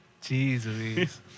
Jesus